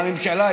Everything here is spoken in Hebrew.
הממשלה,